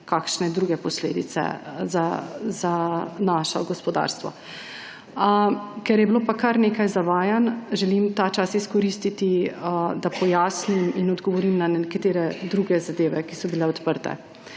kakšne druge posledice za našo gospodarstvo. Ker pa je bilo kar nekaj zavajanj, želim ta čas izkoristiti, da pojasnim in odgovorim na nekatere druge zadeve, ki so bile odprte.